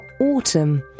autumn